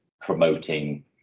promoting